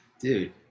Dude